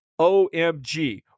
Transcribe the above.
OMG